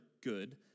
good